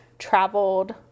traveled